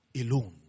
alone